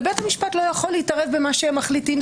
ובית משפט לא יכול להתערב במה שהם מחליטים,